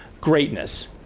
greatness